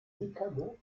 mikado